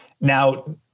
Now